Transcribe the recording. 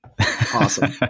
awesome